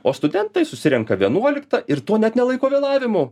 o studentai susirenka vienuoliktą ir to net nelaiko vėlavimu